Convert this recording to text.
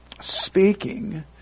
speaking